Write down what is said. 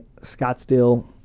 Scottsdale